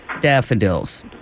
daffodils